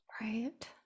Right